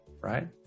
right